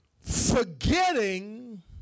Forgetting